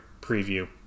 preview